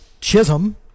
Chisholm